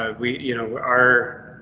ah we you know are